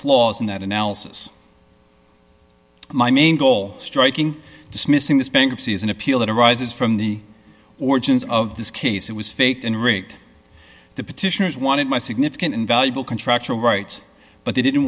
flaws in that analysis my main goal striking dismissing this bankruptcy is an appeal that arises from the origins of this case it was fate and rate the petitioners wanted my significant and valuable contractual rights but they didn't